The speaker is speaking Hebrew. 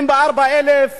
24,000